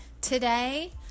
Today